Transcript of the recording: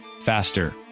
faster